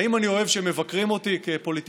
האם אני אוהב שמבקרים אותי כפוליטיקאי?